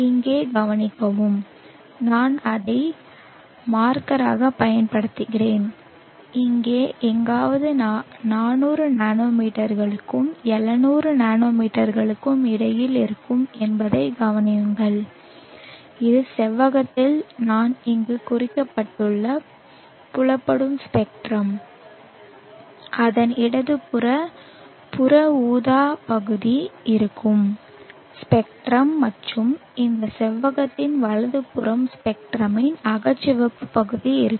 இங்கே கவனிக்கவும் நான் அதை ஒரு மார்க்கராகப் பயன்படுத்துகிறேன் இங்கே எங்காவது 400 நானோமீட்டர்களுக்கும் 700 நானோமீட்டர்களுக்கும் இடையில் இருக்கும் என்பதைக் கவனியுங்கள் இது செவ்வகத்தில் நான் இங்கு குறிக்கப்பட்டுள்ள புலப்படும் ஸ்பெக்ட்ரம் அதன் இடதுபுறம் புற ஊதா பகுதி இருக்கும் ஸ்பெக்ட்ரம் மற்றும் இந்த செவ்வகத்தின் வலதுபுறம் ஸ்பெக்ட்ரமின் அகச்சிவப்பு பகுதி இருக்கும்